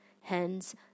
Hence